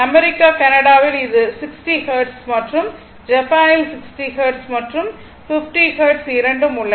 America கனடாவில் இது 60 hertz மற்றும் ஜப்பானில் 60 ஹெர்ட்ஸ் மற்றும் 50 ஹெர்ட்ஸ் இரண்டும் உள்ளன